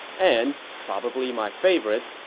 and, probably my favorite,